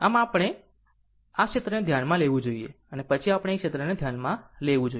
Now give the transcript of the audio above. આમ પહેલા આપણે આ ક્ષેત્રને ધ્યાનમાં લેવું જોઈએ અને પછી આપણે આ ક્ષેત્રને ધ્યાનમાં લેવું જોઈએ